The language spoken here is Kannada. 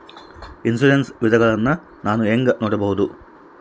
ಇನ್ಶೂರೆನ್ಸ್ ವಿಧಗಳನ್ನ ನಾನು ಹೆಂಗ ನೋಡಬಹುದು?